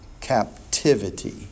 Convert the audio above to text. captivity